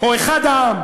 או אחד העם